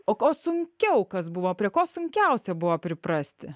o ko sunkiau kas buvo prie ko sunkiausia buvo priprasti